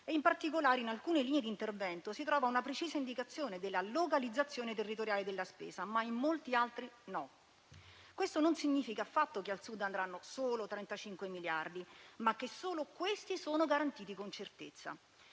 in particolare, in alcune linee di intervento si trova una precisa indicazione della localizzazione territoriale della spesa, mentre in molte altre no. Questo non significa affatto che al Sud andranno solo 35 miliardi di euro, ma che solo questi sono garantiti con certezza.